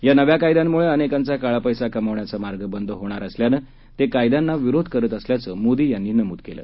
या नव्या कायद्यांमुळे अनेकांचा काळा पैसा कमावण्याचा मार्ग बंद होणार असल्यानं ते या कायद्यांना विरोध करत असल्याचं मोदी यांनी नमूद केलं